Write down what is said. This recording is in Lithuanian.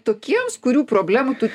tokiems kurių problemų tu